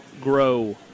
grow